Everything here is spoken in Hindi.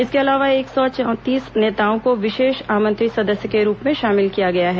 इसके अलावा एक सौ चौंतीस नेताओं को विशेष आमंत्रित सदस्य के रूप में शामिल किया गया है